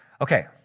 Okay